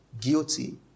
guilty